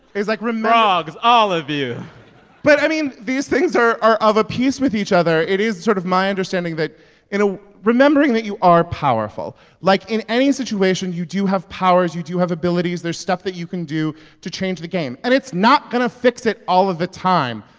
like frogs, all of you but, i mean, these things are are of a piece with each other. it is sort of my understanding that in a remembering that you are powerful like, in any situation, you do have powers. you do have abilities. there's stuff that you can do to change the game. and it's not going to fix it all of the time.